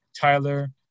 Tyler